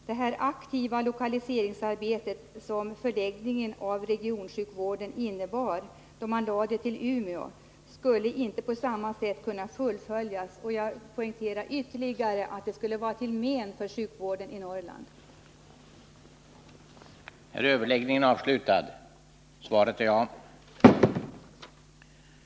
Det aktiva lokaliseringsarbete som förläggningen av regionsjukvården till Umeå innebar skulle inte på samma sätt kunna fullföljas. Jag poängterar ytterligare att det skulle vara till men för sjukvården i Norrland med fyra regioner.